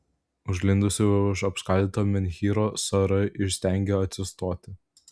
užlindusi už apskaldyto menhyro sara įstengė atsistoti